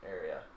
area